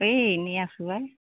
এই এনে আছোঁ আই